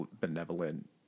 benevolent